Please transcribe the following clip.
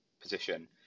position